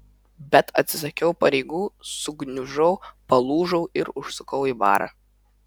bet atsisakiau pareigų sugniužau palūžau ir užsukau į barą